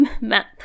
map